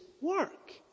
work